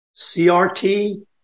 CRT